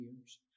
years